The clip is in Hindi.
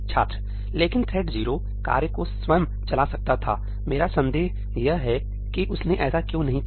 छात्र लेकिन थ्रेड 0 कार्य को स्वयं चला सकता था मेरा संदेह यह है कि उसने ऐसा क्यों नहीं किया